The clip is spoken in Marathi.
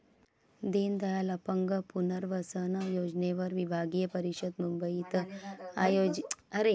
दीनदयाल अपंग पुनर्वसन योजनेवर विभागीय परिषद मुंबईत आयोजित करण्यात आली आहे